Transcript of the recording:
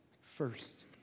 first